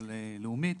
או ללאומית,